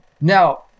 Now